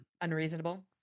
unreasonable